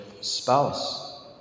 spouse